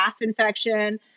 infection